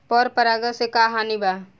पर परागण से का हानि बा?